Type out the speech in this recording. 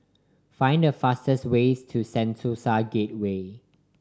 find the fastest ways to Sentosa Gateway